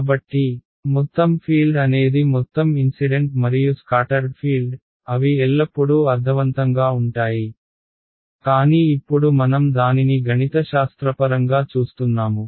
కాబట్టి మొత్తం ఫీల్డ్ అనేది మొత్తం ఇన్సిడెంట్ మరియు స్కాటర్డ్ ఫీల్డ్ అవి ఎల్లప్పుడూ అర్ధవంతంగా ఉంటాయి కానీ ఇప్పుడు మనం దానిని గణితశాస్త్రపరంగా చూస్తున్నాము